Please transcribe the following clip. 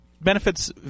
benefits